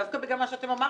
דווקא בגלל מה שאמרתם.